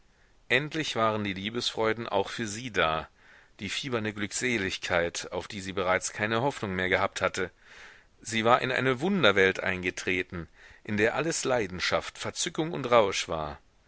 endlich waren die liebesfreuden auch für sie da die fiebernde glückseligkeit auf die sie bereits keine hoffnung mehr gehabt hatte sie war in eine wunderwelt eingetreten in der alles leidenschaft verzückung und rausch war